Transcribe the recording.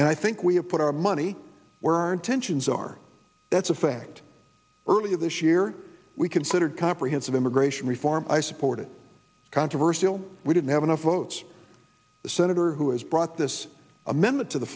and i think we have put our money where our intentions are that's a fact earlier this year we considered comprehensive immigration reform i supported controversal we didn't have enough votes the senator who has brought this amendment to the